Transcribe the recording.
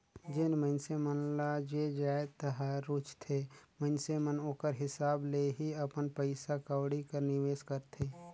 जेन मइनसे मन ल जे जाएत हर रूचथे मइनसे मन ओकर हिसाब ले ही अपन पइसा कउड़ी कर निवेस करथे